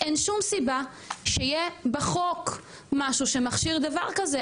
אין שום סיבה שיהיה בחוק משהו שמכשיר דבר כזה.